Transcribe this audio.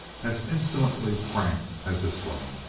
as insolently frank as this one.